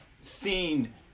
seen